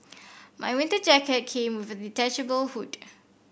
my winter jacket came with a detachable hood